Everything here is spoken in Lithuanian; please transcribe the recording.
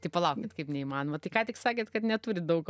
tai palaukit kaip neįmanoma tai ką tik sakėt kad neturit daug ko